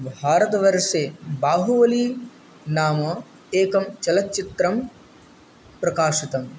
भारतवर्षे बाहुबली नाम एकं चलच्चित्रं प्रकाशितम्